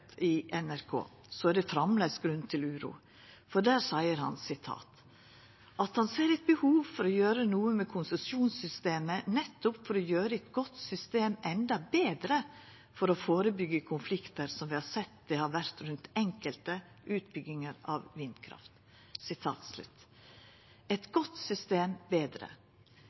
i NRK, er det framleis grunn til uro, for der seier han at han «ser et behov for å gjøre noe med konsesjonssystemet nettopp for å gjøre et godt system enda bedre for å forebygge konflikter som vi har sett det har vært rundt enkelte utbygginger av vindkraft». Eit «godt system enda bedre».